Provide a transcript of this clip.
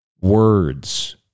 Words